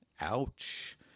Ouch